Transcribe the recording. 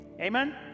Amen